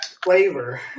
Flavor